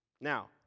Now